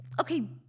Okay